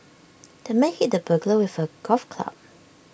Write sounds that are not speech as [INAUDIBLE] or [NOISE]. [NOISE] the man hit the burglar with A golf club